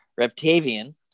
reptavian